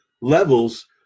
levels